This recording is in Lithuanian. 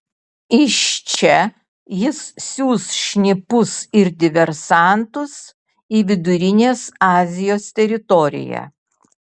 iš čia jis siųs šnipus ir diversantus į vidurinės azijos teritoriją